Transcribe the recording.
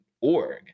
org